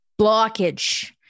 blockage